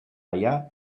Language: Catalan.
allà